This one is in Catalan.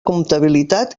comptabilitat